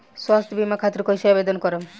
स्वास्थ्य बीमा खातिर कईसे आवेदन करम?